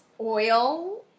oil